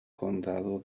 condado